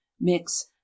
mix